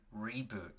reboot